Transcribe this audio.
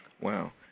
Wow